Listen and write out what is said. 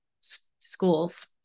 schools